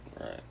Right